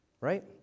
right